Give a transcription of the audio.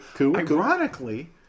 Ironically